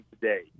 today